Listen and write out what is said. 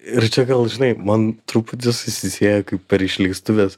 ir čia gal žinai man truputį susisieja kaip per išleistuves